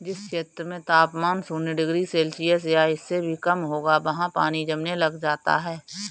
जिस क्षेत्र में तापमान शून्य डिग्री सेल्सियस या इससे भी कम होगा वहाँ पानी जमने लग जाता है